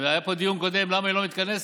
היה פה דיון קודם למה היא לא מתכנסת.